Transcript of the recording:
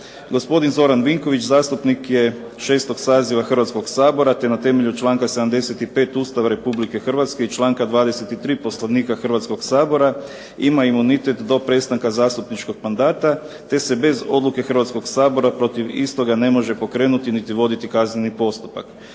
Gospodin Zoran Vinković zastupnik je 6. saziva Hrvatskoga sabora te na temelju članka 75. Ustava Republike Hrvatske i članka 23. Poslovnika Hrvatskoga sabora ima imunitet do prestanka zastupničkog mandata te se bez odluke Hrvatskoga sabora protiv istoga ne može pokrenuti niti voditi kazneni postupak.